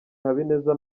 habineza